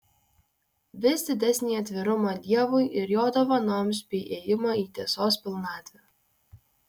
vis didesnį atvirumą dievui ir jo dovanoms bei ėjimą į tiesos pilnatvę